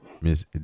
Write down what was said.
Miss